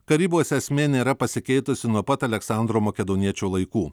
karybos esmė nėra pasikeitusi nuo pat aleksandro makedoniečio laikų